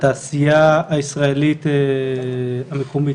התעשייה הישראלית המקומית,